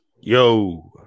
Yo